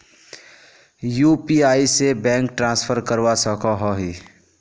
UPI से bank transfer करवा सकोहो ही?